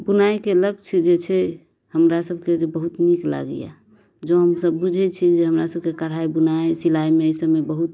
बुनाइके लक्ष्य जे छै हमरा सभके जे बहुत नीक लागैया जँ हमसभ बुझै छी जे हमरा सभके कढ़ाइ बुनाइ सिलाइमे एहि सभमे बहुत